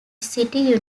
city